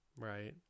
Right